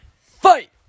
fight